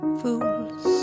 fools